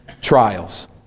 trials